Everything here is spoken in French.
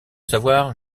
savoir